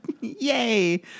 yay